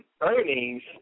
earnings